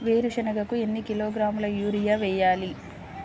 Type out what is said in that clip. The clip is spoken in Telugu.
వేరుశనగకు ఎన్ని కిలోగ్రాముల యూరియా వేయాలి?